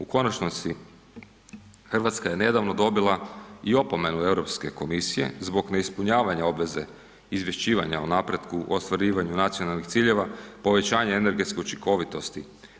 U konačnosti, Hrvatska je nedavno dobila i opomenu Europske komisije zbog neispunjavanja obveze izvješćivanja o napretku u ostvarivanju nacionalnih ciljeva, povećanje energetske učinkovitosti.